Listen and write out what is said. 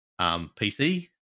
PC